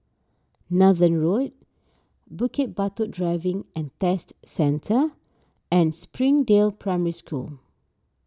Nathan Road Bukit Batok Driving and Test Centre and Springdale Primary School